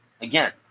Again